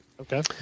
Okay